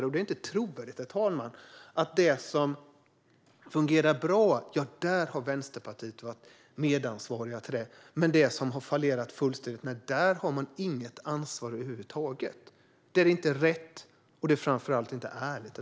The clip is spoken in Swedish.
Då är det inte trovärdigt att vilja hävda att Vänsterpartiet har varit medansvariga till allt som är bra medan man inte har något ansvar alls för sådant som har fallerat fullständigt. Det är inte rätt, och det är framför allt inte ärligt.